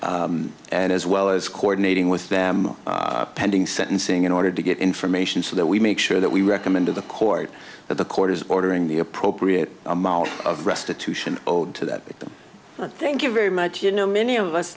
system and as well as coordinating with them pending sentencing in order to get information so that we make sure that we recommend to the court that the court is ordering the appropriate amount of restitution owed to that victim thank you very much you know many of us